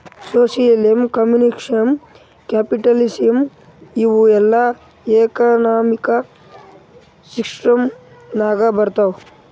socialism, communism, capitalism ಇವೂ ಎಲ್ಲಾ economic system ನಾಗ್ ಬರ್ತಾವ್